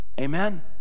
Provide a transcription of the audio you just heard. Amen